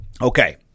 Okay